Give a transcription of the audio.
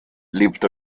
lebt